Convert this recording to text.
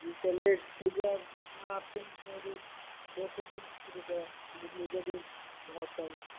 जी चलिए ठीक है ना आपकी ना मेरी दो सौ तीस रुपया बहुत कम है